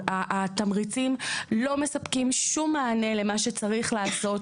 התמריצים לא מספקים שום מענה למה שצריך לעשות